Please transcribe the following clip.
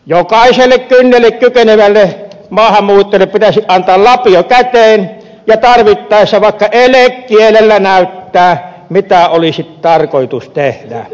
jokaiselle kynnelle kykenevälle maahanmuuttajalle pitäisi antaa lapio käteen ja tarvittaessa vaikka elekielellä näyttää mitä olisi tarkoitus tehdä